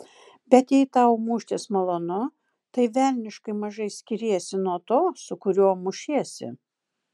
bet jei tau muštis malonu tai velniškai mažai skiriesi nuo to su kuriuo mušiesi